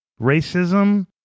racism